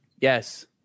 Yes